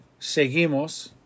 seguimos